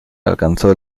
alcanzó